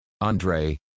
Andre